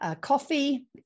coffee